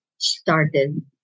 started